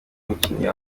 mukinnyi